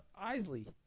Isley